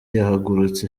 yahagurutse